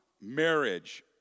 marriage